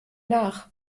nach